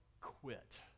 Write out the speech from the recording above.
quit